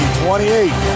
28